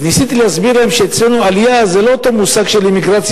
אז ניסיתי להסביר להם שאצלנו עלייה זה לא אותו מושג של immigration,